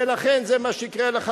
ולכן זה מה שיקרה לך,